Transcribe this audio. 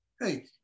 hey